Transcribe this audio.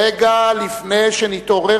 רגע לפני שנתעורר,